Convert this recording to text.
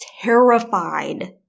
terrified